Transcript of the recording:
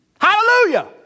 Hallelujah